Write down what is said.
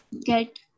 get